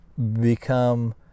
become